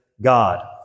God